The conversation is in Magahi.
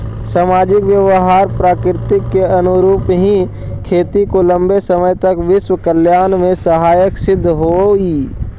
सामाजिक व्यवहार प्रकृति के अनुरूप ही खेती को लंबे समय तक विश्व कल्याण में सहायक सिद्ध होई